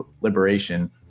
liberation